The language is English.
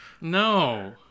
no